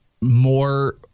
more